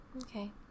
Okay